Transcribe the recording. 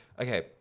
okay